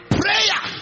prayer